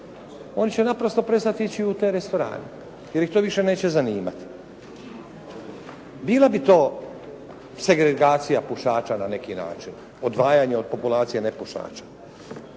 Oni će naprosto prestati ići u te restorane jer ih to više neće zanimati. Bila bi to segregacija pušača na neki način, odvajanje od populacije nepušača.